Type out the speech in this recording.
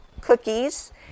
cookies